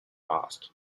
asked